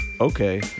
okay